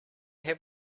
have